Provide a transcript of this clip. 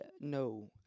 no